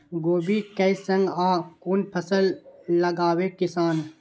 कोबी कै संग और कुन फसल लगावे किसान?